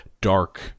dark